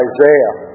Isaiah